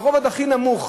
משפחות מהרובד הכי נמוך